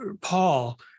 Paul